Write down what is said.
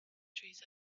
trees